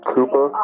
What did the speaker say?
Cooper